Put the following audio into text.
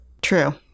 True